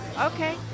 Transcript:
Okay